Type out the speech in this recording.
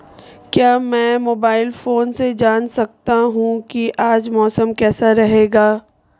क्या मैं mobile phone से जान सकता हूँ कि आज मौसम कैसा रहेगा?